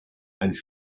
and